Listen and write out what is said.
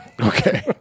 Okay